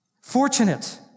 fortunate